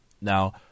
Now